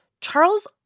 Charles